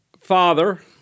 father